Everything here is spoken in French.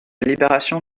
libération